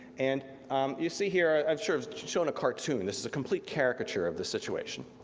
and you see here, i've shown shown a cartoon. this is a complete caricature of the situation.